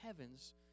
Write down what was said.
heavens